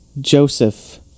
Joseph